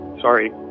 sorry